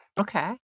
Okay